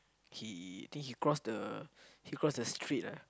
he think he cross the he cross the street ah